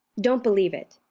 don't believe it.